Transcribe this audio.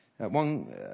One